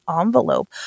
envelope